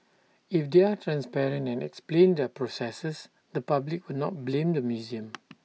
if they are transparent and explain their processes the public will not blame the museum